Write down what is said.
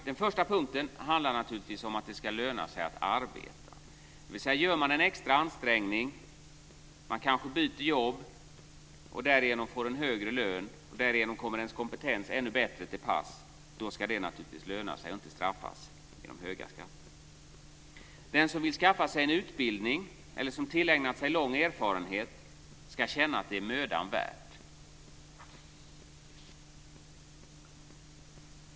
· Den första punkten handlar om att det ska löna sig att arbeta. Gör man en extra ansträngning - man kanske byter jobb och därigenom får en högre lön, samtidigt som ens kompetens kommer ännu bättre till pass - ska det naturligtvis löna sig och inte straffas genom höga skatter. · Den som vill skaffa sig en utbildning eller som tillägnat sig lång erfarenhet ska känna att det är mödan värt.